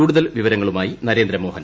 കൂടുതൽ വിവരങ്ങളുമായി നരേന്ദ്രമോഹൻ